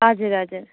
हजुर हजुर